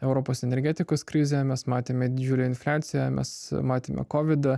europos energetikos krizę mes matėme didžiulę infliaciją mes matėme kovidą